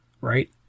right